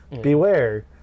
Beware